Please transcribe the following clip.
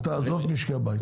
עזוב משקי בית.